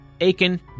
Aiken